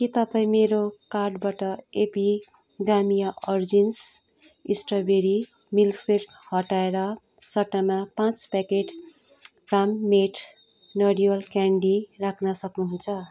के तपाईँ मेरो कार्टबाट एपिगामिया ओरिजिन्स स्ट्रबेरी मिल्कसेक हटाएर सट्टामा पाँच प्याकेट फार्म मेड नरिवल क्यान्डी राख्न सक्नुहुन्छ